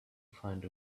find